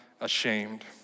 ashamed